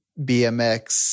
bmx